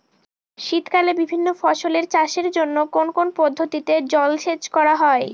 শীতকালে বিভিন্ন ফসলের চাষের জন্য কোন কোন পদ্ধতিতে জলসেচ করা হয়?